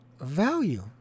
value